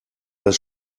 das